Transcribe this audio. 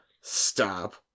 stop